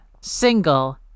single